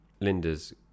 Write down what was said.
Linda's